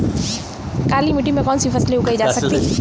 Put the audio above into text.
काली मिट्टी में कौनसी फसलें उगाई जा सकती हैं?